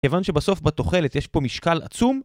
כיוון שבסוף בתוחלת יש פה משקל עצום